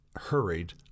hurried